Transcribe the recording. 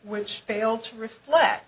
which fail to reflect